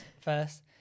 first